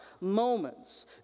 moments